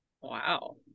wow